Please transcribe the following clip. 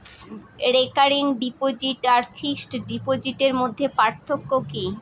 Recurring deposit আর fixed ডিপোজিটের মধ্যে পার্থক্য কি?